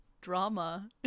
drama